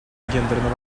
гендерного